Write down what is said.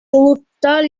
улуттар